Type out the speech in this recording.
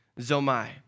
zomai